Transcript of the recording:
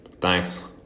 Thanks